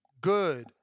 good